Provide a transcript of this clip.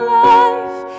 life